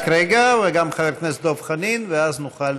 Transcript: רק רגע, גם חבר הכנסת דב חנין, ואז נוכל